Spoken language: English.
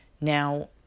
Now